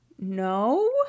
No